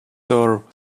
serve